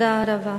תודה רבה.